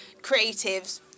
creatives